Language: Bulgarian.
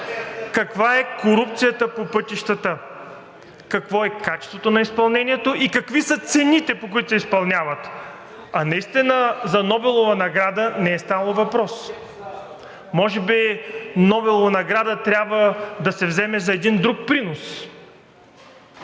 каква е корупцията по пътищата, какво е качеството на изпълнението и какви са цените, по които се изпълняват, а наистина за Нобелова награда не е ставало въпрос. Може би Нобелова награда трябва да се вземе за един друг принос.